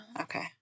okay